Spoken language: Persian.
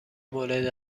مورد